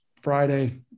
Friday